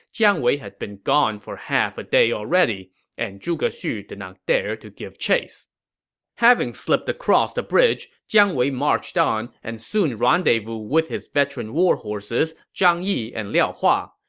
jiang wei had been gone for half a day, and zhuge xu did not dare to give chase having slipped across the bridge, jiang wei marched on and soon rendezvoused with his veteran warhorses zhang yi and liao hua.